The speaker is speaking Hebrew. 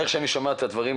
כמו שאני שומע את הדברים,